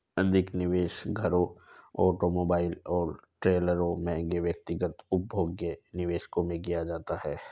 अधिक निवेश घरों ऑटोमोबाइल और ट्रेलरों महंगे व्यक्तिगत उपभोग्य निवेशों में किया जाता है